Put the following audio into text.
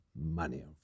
money